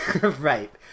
right